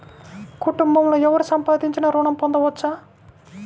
కుటుంబంలో ఎవరు సంపాదించినా ఋణం పొందవచ్చా?